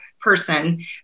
person